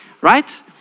Right